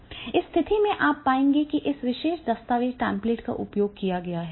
इस स्थिति में आप पाएंगे कि इस विशेष दस्तावेज़ टेम्पलेट का उपयोग किया जाना है